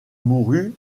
mourut